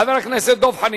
חבר הכנסת דב חנין.